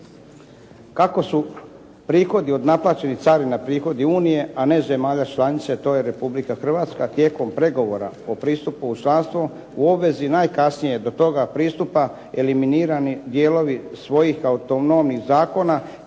Kako su prihodi od naplaćenih carina prihodi unije, a ne zemalja članica, a to je Republika Hrvatska, tijekom pregovora o pristupu u članstvo u obvezi je najkasnije do toga pristupa eliminirani dijelovi svojih autonomnih zakona